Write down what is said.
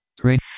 Great